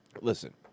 Listen